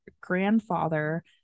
grandfather